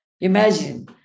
Imagine